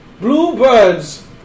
Bluebirds